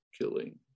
killing